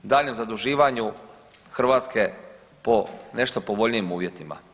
Daljnjem zaduživanju Hrvatske po nešto povoljnijim uvjetima.